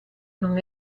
non